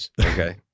okay